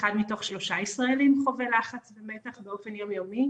אחד מתוך שלושה ישראלים חווה לחץ ומתח באופן יום יומי.